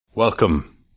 Welcome